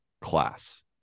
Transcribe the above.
class